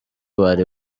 bari